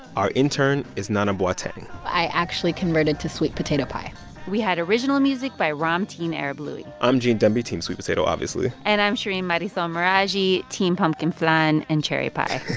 our intern is nana boateng i actually converted to sweet potato pie we had original music by ramtin arablouei i'm gene demby team sweet potato, obviously and i'm shereen marisol meraji team pumpkin flan and cherry pie